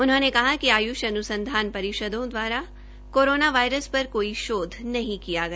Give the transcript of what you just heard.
उन्होंने कहा कि आयुष अन्संधान परिषदों दवारा कोरोना वायरस पर कोई शोध नहीं किया गया